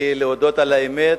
אני, להודות על האמת,